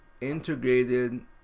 integrated